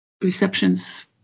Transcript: receptions